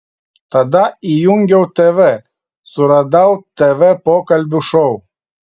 tada įjungiau tv suradau tv pokalbių šou